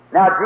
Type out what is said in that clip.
Now